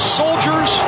soldiers